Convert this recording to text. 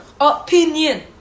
opinion